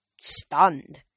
stunned